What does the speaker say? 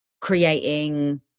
creating